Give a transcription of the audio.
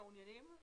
הם מעוניינים?